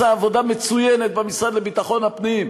עשה עבודה מצוינת במשרד לביטחון הפנים,